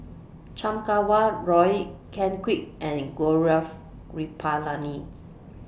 Chan Kum Wah Roy Ken Kwek and Gaurav Kripalani